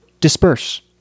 disperse